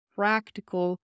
practical